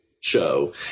show